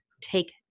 take